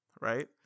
right